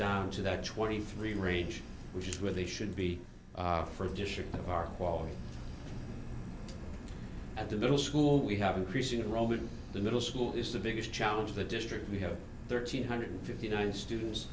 down to that twenty three range which is where they should be for addition of our quality at the middle school we have increasing roman the middle school is the biggest challenge the district we have thirteen hundred fifty nine students